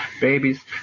babies